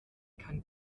kann